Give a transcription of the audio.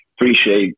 appreciate